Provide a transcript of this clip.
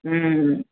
ம்